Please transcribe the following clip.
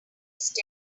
used